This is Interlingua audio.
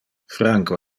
franco